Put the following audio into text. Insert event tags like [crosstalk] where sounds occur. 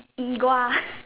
E [laughs]